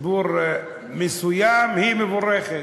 ציבור מסוים, היא מבורכת.